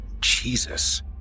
Jesus